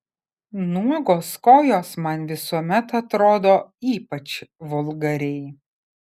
nuogos kojos man visuomet atrodo ypač vulgariai